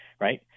right